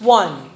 one